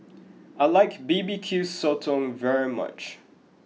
I like bbq Sotong very much